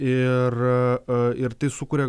ir ir tai sukuria